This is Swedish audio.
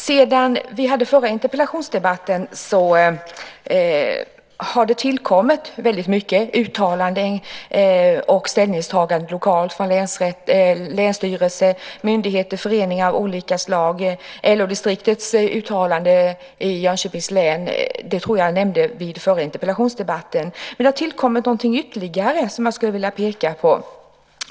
Sedan vi hade den förra interpellationsdebatten har det tillkommit väldigt mycket uttalanden och ställningstaganden lokalt från länsstyrelser, myndigheter och föreningar av olika slag. LO-distriktets uttalande i Jönköpings län tror jag att jag nämnde vid förra interpellationsdebatten. Men det har tillkommit någonting ytterligare som jag skulle vilja peka på.